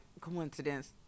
coincidence